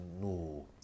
no